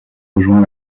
rejoint